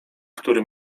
który